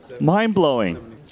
Mind-blowing